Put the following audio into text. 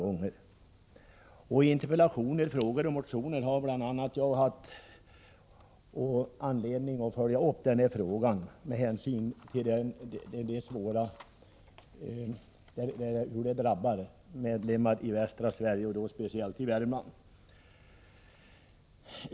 I interpellationer, frågor och motioner har bl.a. jag haft anledning att följa upp denna fråga. Det är skogsägare i västra Sverige, speciellt i Värmland, som drabbats.